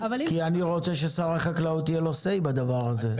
כי אני הייתי רוצה שלשר החקלאות יהיה say בדבר הזה,